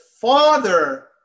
father